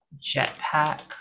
Jetpack